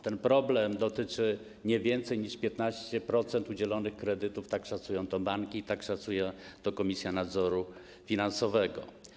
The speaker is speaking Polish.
Ten problem dotyczy nie więcej niż 15% udzielonych kredytów - tak szacują to banki i tak szacuje to Komisja Nadzoru Finansowego.